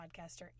podcaster